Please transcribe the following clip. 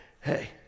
hey